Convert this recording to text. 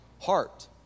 heart